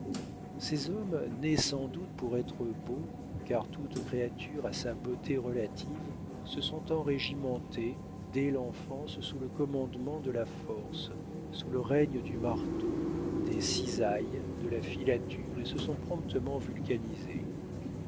ces hommes nés sans doute pour être beaux car toute créature a sa beauté relative se sont enrégimentés dès l'enfance sous le commandement de la force sous le règne du marteau des cisailles de la filature et se sont promptement